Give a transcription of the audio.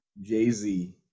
jay-z